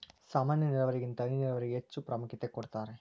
ಸಾಮಾನ್ಯ ನೇರಾವರಿಗಿಂತ ಹನಿ ನೇರಾವರಿಗೆ ಹೆಚ್ಚ ಪ್ರಾಮುಖ್ಯತೆ ಕೊಡ್ತಾರಿ